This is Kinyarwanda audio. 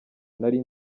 nari